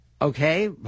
Okay